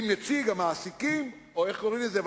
עם נציג המעסיקים או איך שקוראים לזה,